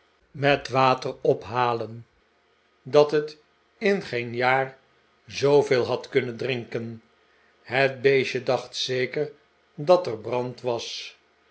met water ophalen dat het in geen jaar zooveel had kunnen drinken het beestje dacht zeker dat er brand was